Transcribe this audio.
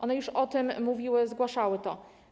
One już o tym mówiły, zgłaszały to.